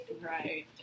Right